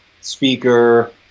speaker